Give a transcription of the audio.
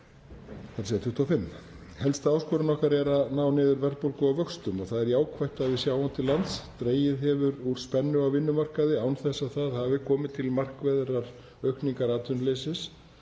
Helsta áskorun okkar er að ná niður verðbólgu og vöxtum og það er jákvætt að við sjáum til lands, dregið hefur úr spennu á vinnumarkaði án þess að komið hafi til markverðrar aukningar atvinnuleysis